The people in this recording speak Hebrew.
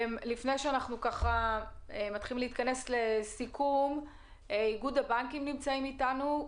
לפני שאנחנו מתחילים להתכנס לסיכום איגוד הבנקים נמצאים איתנו.